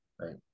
Right